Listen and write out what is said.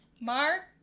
Mark